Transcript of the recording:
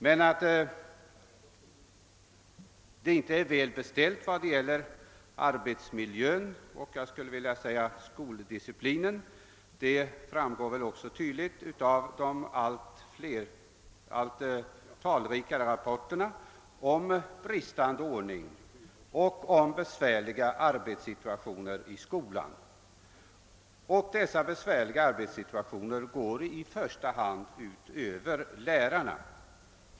Men att det inte är väl beställt vad gäller arbetsmiljö och skoldisciplin framgår också tydligt av de allt talrikare rapporterna om bristande ordning och om besvärliga arbetssituationer i skolan. Dessa besvärliga arbetssituationer går i första hand ut över lärarna.